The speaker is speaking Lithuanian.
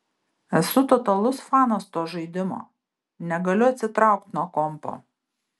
esu totalus fanas to žaidimo negaliu atsitraukt nuo kompo